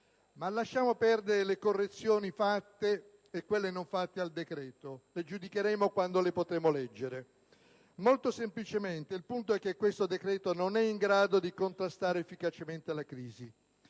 Ma lasciamo perdere le correzioni fatte e quelle non fatte al decreto. Le giudicheremo quando le potremo leggere. Molto semplicemente, il punto è che questo decreto non è in grado di contrastare efficacemente la crisi: